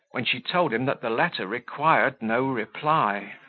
when she told him that the letter required no reply.